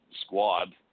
squad